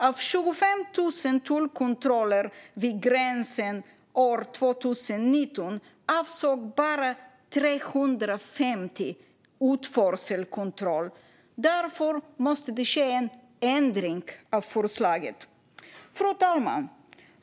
Av 25 000 tullkontroller vid gränsen 2019 avsåg bara 350 utförsel. Därför måste det ske en ändring av förslaget. Fru talman!